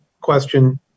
question